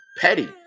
Petty